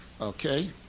Okay